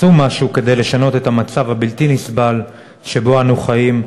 עשו משהו כדי לשנות את המצב הבלתי-נסבל שבו אנו חיים,